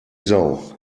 sau